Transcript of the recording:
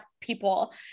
people